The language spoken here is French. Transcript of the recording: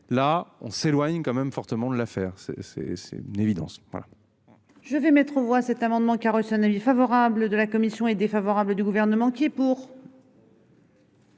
là on s'éloigne quand même fortement de l'affaire. C'est c'est c'est